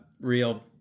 real